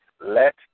Let